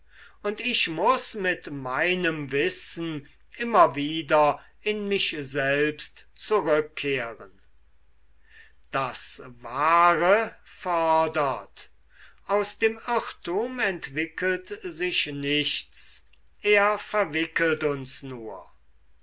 und ich muß mit meinem wissen immer wieder in mich selbst zurückkehren das wahre fördert aus dem irrtum entwickelt sich nichts er verwickelt uns nur